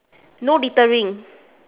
no littering